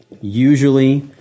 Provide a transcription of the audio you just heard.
Usually